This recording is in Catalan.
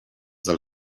del